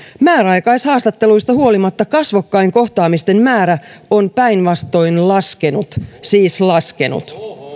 määräaikaishaastatteluista huolimatta kasvokkain kohtaamisten määrä on päinvastoin laskenut siis laskenut